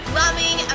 loving